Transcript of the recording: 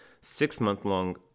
six-month-long